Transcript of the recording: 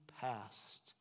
past